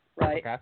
right